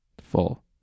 full